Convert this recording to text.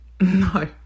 No